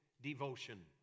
devotion